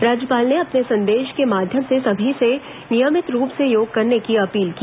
राज्यपाल ने अपने संदेश के माध्यम से सभी से नियमित रूप से योग करने की अपील की